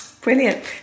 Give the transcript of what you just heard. Brilliant